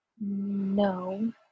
No